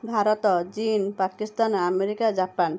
ଭାରତ ଚୀନ Pakistan America Japan